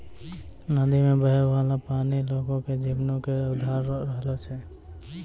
नदी मे बहै बाला पानी लोगो के जीवनो के अधार रहलो छै